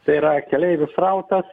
tai yra keleivių srautas